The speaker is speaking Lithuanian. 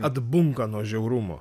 atbunka nuo žiaurumo